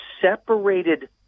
separated